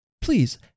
please